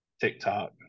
tiktok